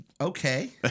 Okay